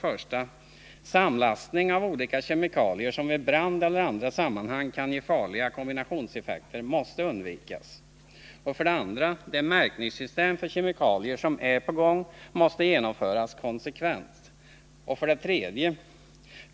1. Samlastning av olika kemikalier, som vid brand eller i andra sammanhang kan ge farliga kombinationseffekter, måste undvikas. 2. Det märkningssystem för kemikalier som är på gång måste genomföras konsekvent. 3.